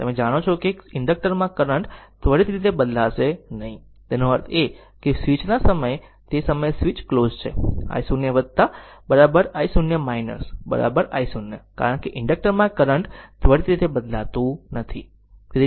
તેથી જાણો કે ઇન્ડક્ટર માં કરંટ ત્વરિત બદલે નહીં તેનો અર્થ એ કે સ્વીચ ના સમયે તે સમયે સ્વીચ ક્લોઝ છે i0 i0 i0 કારણ કે ઇન્ડક્ટર માં કરંટ ત્વરિત બદલતું નથી